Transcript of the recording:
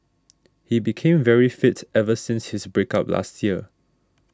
he became very fit ever since his break up last year